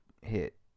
hit